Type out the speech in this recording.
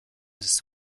this